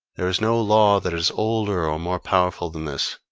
there is no law that is older or more powerful than this.